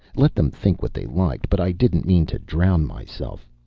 let them think what they liked, but i didn't mean to drown myself.